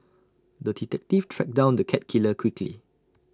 the detective tracked down the cat killer quickly